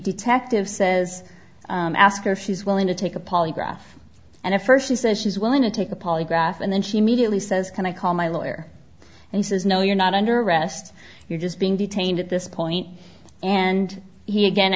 detective says ask her if she's willing to take a polygraph and at first he says she's willing to take a polygraph and then she immediately says can i call my lawyer and he says no you're not under arrest you're just being detained at this point and he again